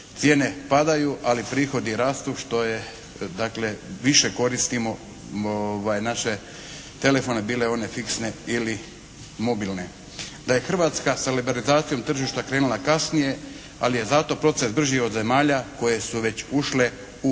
cijene padaju, ali prihodi rastu što je dakle više koristimo naše telefone bile one fiksne ili mobilne. Da je Hrvatska sa liberalizacijom tržišta krenula kasnije ali je zato proces brži od zemalja koje su već ušle u